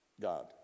God